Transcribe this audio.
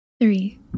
Three